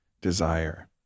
desire